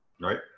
Right